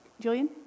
Julian